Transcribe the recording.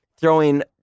throwing